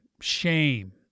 shame